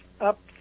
up